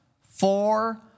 Four